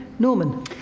Norman